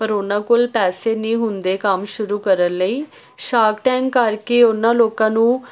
ਪਰ ਉਹਨਾਂ ਕੋਲ ਪੈਸੇ ਨਹੀਂ ਹੁੰਦੇ ਕੰਮ ਸ਼ੁਰੂ ਕਰਨ ਲਈ ਸ਼ਾਰਕ ਟੈਂਕ ਕਰਕੇ ਉਹਨਾਂ ਲੋਕਾਂ ਨੂੰ